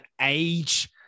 age